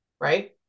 right